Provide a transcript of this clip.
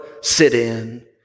sit-in